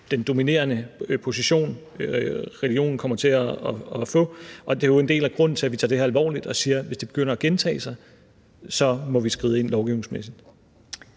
den dominerende position, som religionen kommer til at få. Det er jo en del af grunden til, at vi tager det her alvorligt og siger, at hvis det begynder at gentage sig, må vi skride ind lovgivningsmæssigt.